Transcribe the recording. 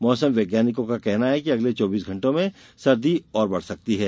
मौसम विज्ञानियों का कहना है कि अगले चौबीस घण्टों में सर्दी और बढ़ सकती है